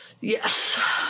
Yes